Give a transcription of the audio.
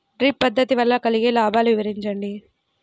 Drip పద్దతి వల్ల కలిగే లాభాలు వివరించండి?